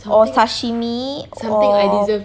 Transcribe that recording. or sashimi or